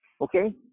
Okay